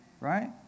right